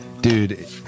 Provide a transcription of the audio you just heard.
Dude